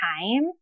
time